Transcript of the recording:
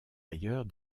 ailleurs